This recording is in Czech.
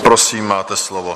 Prosím, máte slovo.